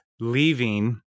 leaving